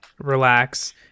relax